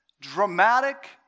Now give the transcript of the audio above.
dramatic